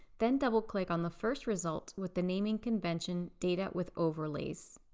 then double click on the first result with the naming convention data with overlays.